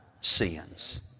sins